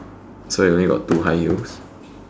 so you only got two high heels